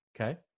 okay